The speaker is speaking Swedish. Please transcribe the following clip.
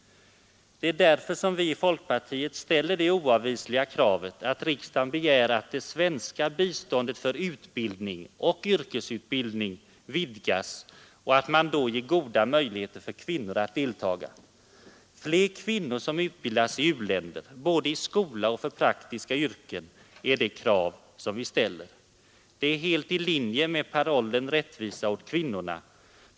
Det är därför som vi i folkpartiet ställer det oavvisliga kravet, att riksdagen begär att det svenska biståndet för utbildning och yrkesutbildning skall vidgas och att man därvid ger goda möjligheter för kvinnor att delta. Fler kvinnor som utbildas i u-länder, både i skola och för praktiska yrken, är helt i linje med parollen Rättvisa åt kvinnorna.